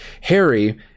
Harry